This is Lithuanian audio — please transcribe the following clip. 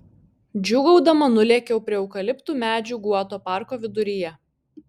džiūgaudama nulėkiau prie eukaliptų medžių guoto parko viduryje